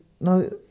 no